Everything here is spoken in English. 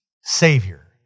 Savior